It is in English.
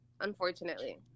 unfortunately